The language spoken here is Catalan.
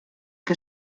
que